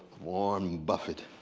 warren buffett.